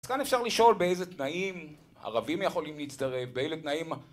אז כאן אפשר לשאול באיזה תנאים ערבים יכולים להצטרף, באיזה תנאים...